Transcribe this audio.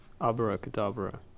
Abracadabra